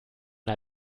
der